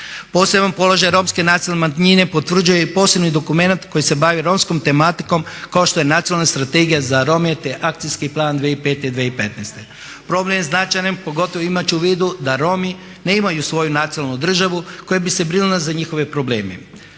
Poseban položaj Romske nacionalne manjine potvrđuje i posebni dokumenat koji se bavi romskom tematikom kao što je Nacionalna strategija za Rome te Akcijski plan 2005.-2015., problem je značajan pogotovo imajući u vidu da Romi nemaju svoju nacionalnu državu koja bi se brinula za njihove probleme.